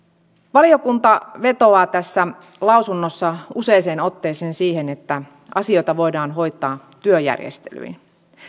valiokunta vetoaa tässä lausunnossa useaan otteeseen siihen että asioita voidaan hoitaa työjärjestelyin